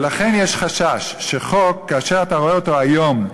ולכן יש חשש שחוק, כאשר אתה רואה אותו היום,